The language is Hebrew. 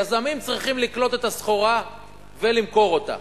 יזמים צריכים לקלוט את הסחורה ולמכור אותה.